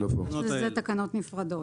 אלה תקנות נפרדות.